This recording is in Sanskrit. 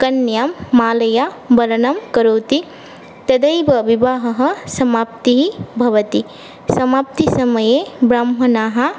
कन्यां मालयावरणं करोति तदैव विवाहः समाप्तिः भवति समाप्तिसमये ब्राह्मणाः